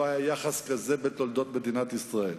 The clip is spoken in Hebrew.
לא היה יחס כזה בתולדות מדינת ישראל.